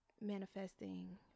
manifesting